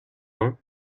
ans